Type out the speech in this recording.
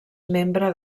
membre